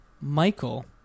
Michael